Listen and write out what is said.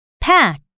pack